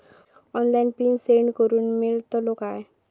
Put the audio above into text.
Online pin set करूक मेलतलो काय?